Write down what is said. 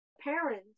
parents